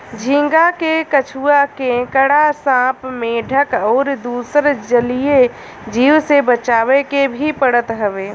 झींगा के कछुआ, केकड़ा, सांप, मेंढक अउरी दुसर जलीय जीव से बचावे के भी पड़त हवे